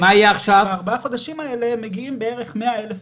בארבעת החודשים מגיעים בערך 100,000 הורים.